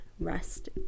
rest